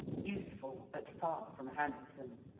useful, but far from handsome.